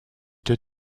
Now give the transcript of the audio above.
deux